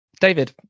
David